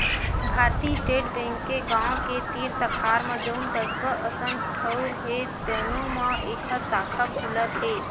भारतीय State Bank के गाँव के तीर तखार म जउन कस्बा असन ठउर हे तउनो म एखर साखा खुलत हे